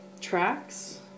tracks